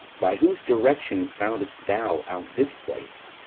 by whose direction found'st thou out this place?